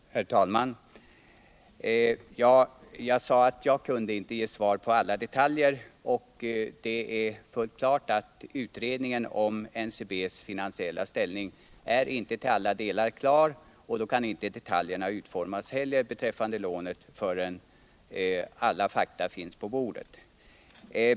Herr talman! Jag sade att jag inte kunde ge svar beträffande alla detaljer. Det är fullt klart att utredningen om NCB:s finansiella ställning inte till alla delar är färdig, och detaljerna i lånet kan inte utformas förrän alla fakta finns på bordet.